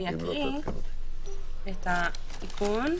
אני אקריא את התיקון,